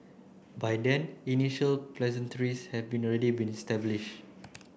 by then initial had already been establish